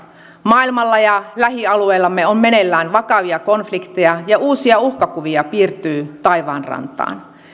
maailmalla ja lähialueillamme on meneillään vakavia konflikteja ja uusia uhkakuvia piirtyy taivaanrantaan